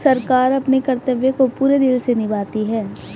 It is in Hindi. सरकार अपने कर्तव्य को पूरे दिल से निभाती है